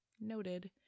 noted